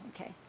okay